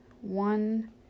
One